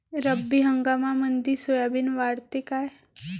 रब्बी हंगामामंदी सोयाबीन वाढते काय?